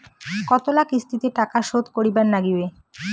কতোলা কিস্তিতে টাকা শোধ করিবার নাগীবে?